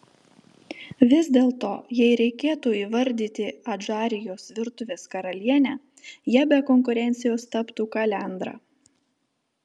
vis dėlto jei reikėtų įvardyti adžarijos virtuvės karalienę ja be konkurencijos taptų kalendra